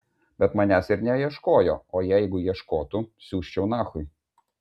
bet manęs ir neieškojo o jeigu ieškotų siųsčiau nachui